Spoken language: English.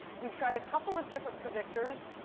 we've tried a couple of different predictors.